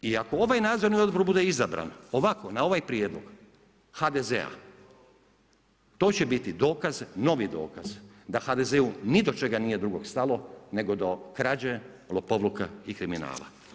I ako ovaj nadzorni odbor bude izabran ovako na ovaj prijedlog HDZ-a to će biti dokaz, novi dokaz da HDZ-u ni do čega nije drugog stalo nego do krađe, lopovluka i kriminala.